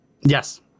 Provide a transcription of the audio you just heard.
Yes